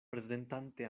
prezentante